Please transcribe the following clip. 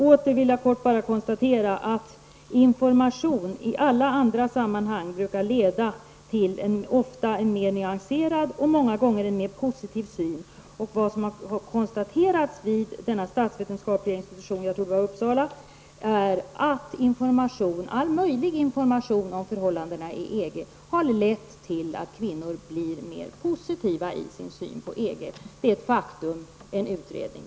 Jag vill åter kort bara konstatera att information i alla andra sammanhang brukar -- i varje fall ofta gör det -- leda till en mer nyanserad och många gånger även till en mer positiv syn. Vid en statsvetenskaplig institutionen, jag tror det var i Uppsala, har det konstaterats att information -- all möjlig information -- om förhållandena i EG har lett till att kvinnor blivit mer positiva i sin syn på EG. Det är ett faktum, resultatet av en utredning.